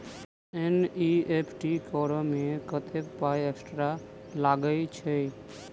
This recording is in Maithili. एन.ई.एफ.टी करऽ मे कत्तेक पाई एक्स्ट्रा लागई छई?